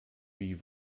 wie